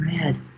red